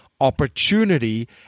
opportunity